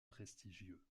prestigieux